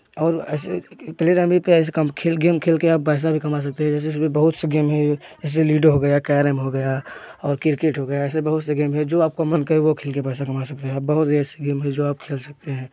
और ऐसे play rummy पर ऐसे कॉम खेल गेम खेल के आप पैसा भी कमा सकते हैं जैसे उसमें बहुत से गेम हैं जैसे लूडो हो गया कैरम हो गया और क्रिकेट हो गया ऐसे बहुत से गेम है जो आपका मन करे वह खेल के पैसा कमा सकते हैं अब बहुत ऐसे गेम है जो आप खेल सकते हैं